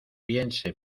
piense